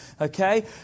okay